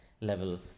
level